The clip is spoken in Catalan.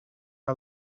que